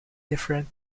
different